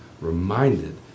reminded